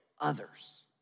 others